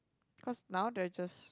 cause now they are just